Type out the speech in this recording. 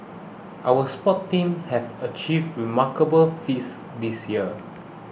our sports teams have achieved remarkable feats this year